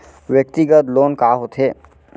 व्यक्तिगत लोन का होथे?